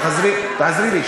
תעזרי לי.